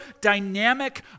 dynamic